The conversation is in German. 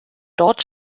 dort